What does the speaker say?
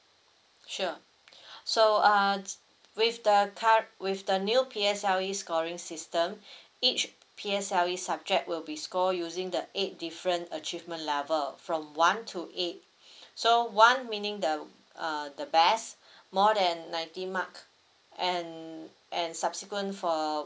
sure so uh with the cur~ with the new P_S_L_E scoring system each P_S_L_E subject will be scored using the eight different achievement level from one to eight so one meaning the uh the best more than ninety mark and and subsequent for